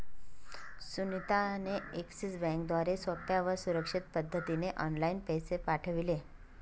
सुनीता ने एक्सिस बँकेद्वारे सोप्या व सुरक्षित पद्धतीने ऑनलाइन पैसे पाठविले